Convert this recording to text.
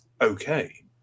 okay